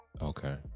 okay